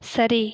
சரி